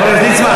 חבר הכנסת ליצמן,